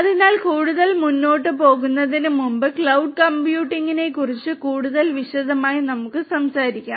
അതിനാൽ കൂടുതൽ മുന്നോട്ട് പോകുന്നതിനുമുമ്പ് ക്ലൌഡ് കമ്പ്യൂട്ടിംഗിനെക്കുറിച്ച് കൂടുതൽ വിശദമായി നമുക്ക് സംസാരിക്കാം